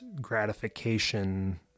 gratification